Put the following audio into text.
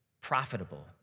profitable